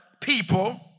people